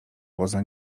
poza